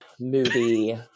movie